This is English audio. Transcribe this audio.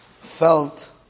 felt